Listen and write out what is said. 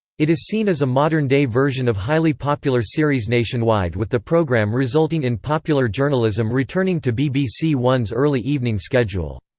it is seen as a modern-day version of highly popular series nationwide with the programme resulting in popular journalism returning to bbc one's early evening schedule.